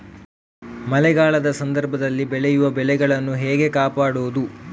ಮಳೆಗಾಲದ ಸಂದರ್ಭದಲ್ಲಿ ಬೆಳೆಯುವ ಬೆಳೆಗಳನ್ನು ಹೇಗೆ ಕಾಪಾಡೋದು?